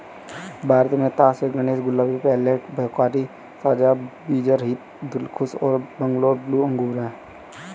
भारत में तास ए गणेश, गुलाबी, पेर्लेट, भोकरी, साझा बीजरहित, दिलखुश और बैंगलोर ब्लू अंगूर हैं